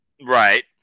Right